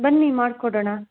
ಬನ್ನಿ ಮಾಡಿಕೊಡೋಣ